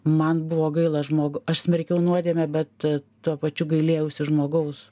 man buvo gaila žmog aš smerkiau nuodėmę bet tuo pačiu gailėjausi žmogaus